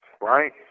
right